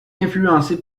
influencé